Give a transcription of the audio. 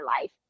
life